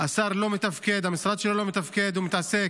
השר לא מתפקד, המשרד שלו לא מתפקד, הוא מתעסק,